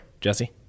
Jesse